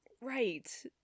Right